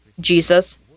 Jesus